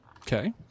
okay